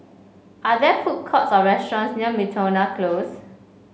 are there food courts or restaurants near Miltonia Close